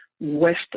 west